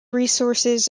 resources